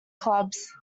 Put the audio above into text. clubs